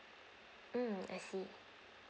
mm I see